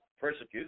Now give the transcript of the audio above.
persecute